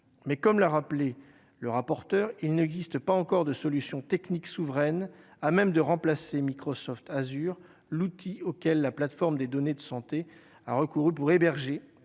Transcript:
mais comme l'a rappelé le rapporteur, il n'existe pas encore de solution technique souveraine à même de remplacer Microsoft Azure l'outil auquel la plateforme des données de santé a recouru pour héberger